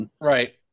Right